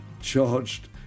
charged